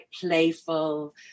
playful